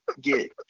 get